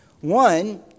One